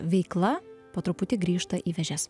veikla po truputį grįžta į vėžes